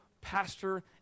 pastor